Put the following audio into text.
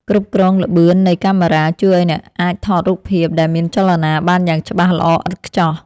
គ្រប់គ្រងល្បឿននៃកាមេរ៉ាជួយឱ្យអ្នកអាចថតរូបភាពដែលមានចលនាបានយ៉ាងច្បាស់ល្អឥតខ្ចោះ។